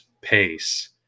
pace